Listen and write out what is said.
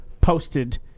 posted